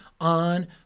on